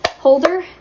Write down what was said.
holder